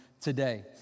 today